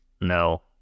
No